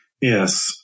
Yes